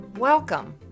Welcome